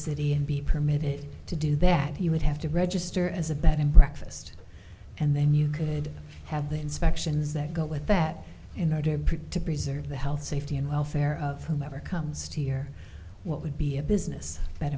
city and be permitted to do that he would have to register as a bed and breakfast and then you could have the inspections that go with that in order to preserve the health safety and welfare of whoever comes to here what would be a business that